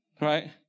right